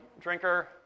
drinker